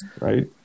right